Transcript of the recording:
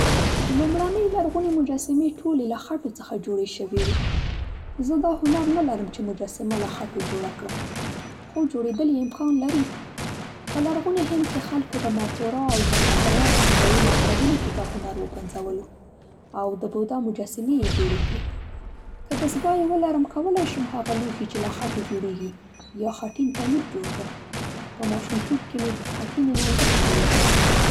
لومړنۍ لرغونې مجسمې ټولې له خټو څخه جوړې شوې وې. زه دا هنر نه لرم چې مجسمه له خټو جوړه کړم خو جوړېدل یې امکان لري. په لرغوني هند کې خلکو د ماتورا او ګنده هارا په هنري مکتبونو کې دا هنر وپنځولو او د بودا مجسمې یې جوړې کړې. که دستګاه یې ولرم کولای شم هغه لوښي چې له خټو جوړېږي یا خټین تنور جوړ کړم. په ماشومتوب کې مې خټینې نانځکې جوړې کړې.